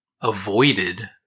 avoided